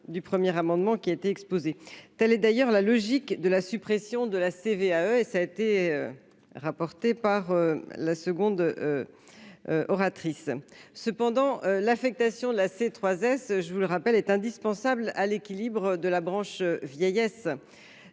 du premier amendement qui été exposée telle est d'ailleurs la logique de la suppression de la CVAE et ça a été rapporté par la seconde oratrice cependant l'affectation de la c'est 3 S, je vous le rappelle, est indispensable à l'équilibre de la branche vieillesse